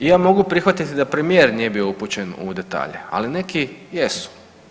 I ja mogu prihvatiti da premijer nije bio upućen u detalje, ali neki jesu.